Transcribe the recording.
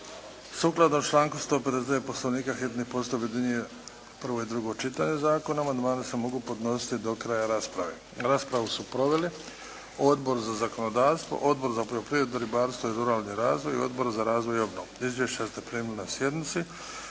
Sukladno članku 159. Poslovnika hitni postupak objedinjuje prvo i drugo čitanje zakona. Amandmani se mogu podnositi do kraja rasprave. Raspravu su proveli Odbor za zakonodavstvo, Odbor za poljoprivredu, ribarstvo i ruralni razvoj, Odbor za razvoj i obnovu. Izvješća ste primili na sjednici.